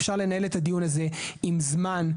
אפשר לנהל את הדיון הזה עם זמן.